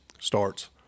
starts